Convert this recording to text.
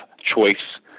choice